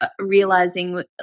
realizing